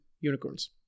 unicorns